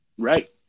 Right